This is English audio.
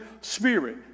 Spirit